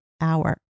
hour